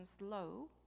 low